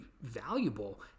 valuable